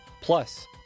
plus